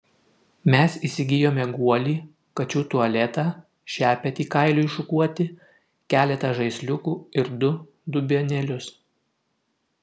mes įsigijome guolį kačių tualetą šepetį kailiui šukuoti keletą žaisliukų ir du dubenėlius